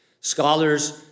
Scholars